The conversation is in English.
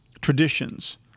traditions